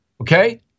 okay